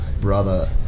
brother